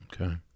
Okay